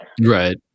right